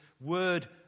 word